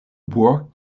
bois